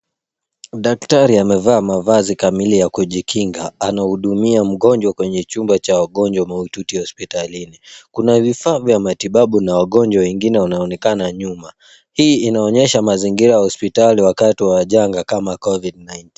Daktari amevalia mavazi kamili ya kujikinga, anahudumia mgonjwa kwenye chumba cha wagonjwa mahututi hospitalini, kuna vifaa vya matibabu na wagonjwa wengine waaonekana nyuma. Hii inaonyesha mazingira ya hospitalini wakati wa janga kama Covid 19.